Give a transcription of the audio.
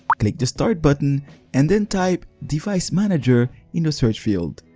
click the start button and then type device manager in the search field.